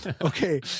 Okay